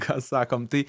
ką sakom tai